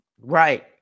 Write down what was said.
Right